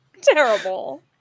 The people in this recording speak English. Terrible